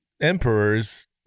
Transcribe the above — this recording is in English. emperors